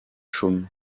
chaume